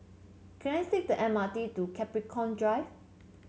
can I take the M R T to Capricorn Drive